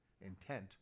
intent